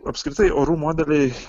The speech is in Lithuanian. apskritai orų modeliai